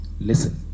listen